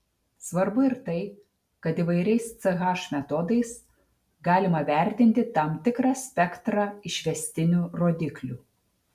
svarbu ir tai kad įvairiais ch metodais galima vertinti tam tikrą spektrą išvestinių rodiklių